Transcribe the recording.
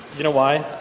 you know why